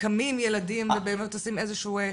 קמים ילדים ובאמת עושים איזה שהוא ---.